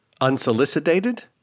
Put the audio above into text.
Unsolicited